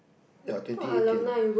yea twenty eighteen